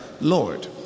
Lord